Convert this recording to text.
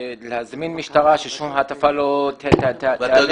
להזמין משטרה ששום מעטפה לא --- ואתה יודע